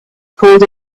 called